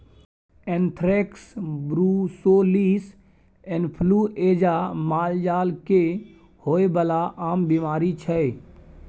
anthrax, brucellosis influenza मालजाल केँ होइ बला आम बीमारी छै